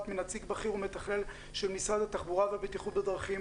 מנציג בכיר ומתכלל של משרד התחבורה והבטיחות בדרכים